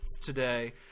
today